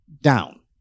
down